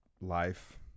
life